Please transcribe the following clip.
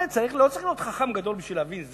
לא צריך להיות חכם גדול בשביל להבין.